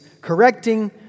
correcting